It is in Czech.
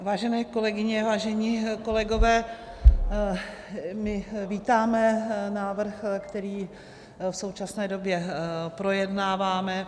Vážené kolegyně, vážení kolegové, my vítáme návrh, který v současné době projednáváme.